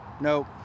no